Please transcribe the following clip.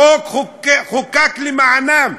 החוק חוקק למענם.